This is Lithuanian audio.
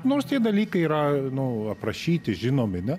nors tie dalykai yra nu aprašyti žinomi ne